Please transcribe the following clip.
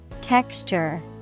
Texture